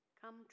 come